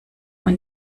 man